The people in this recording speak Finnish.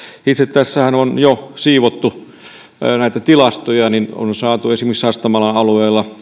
tässähän on jo siivottu näitä tilastoja ja on saatu esimerkiksi sastamalan alueella